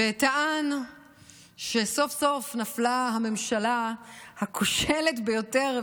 וטען שסוף-סוף נפלה הממשלה הכושלת ביותר.